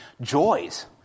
Joys